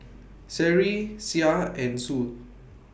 Seri Syah and Zul